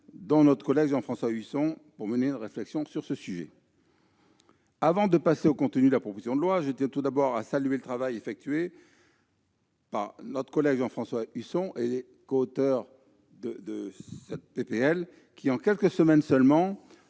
dont notre collègue Jean-François Husson, pour mener une réflexion sur le sujet. Avant d'aborder le contenu de la proposition de loi, je tiens tout d'abord à saluer le travail effectué par Jean-François Husson et les coauteurs, qui, en quelques semaines seulement,